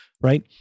right